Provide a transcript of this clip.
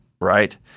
Right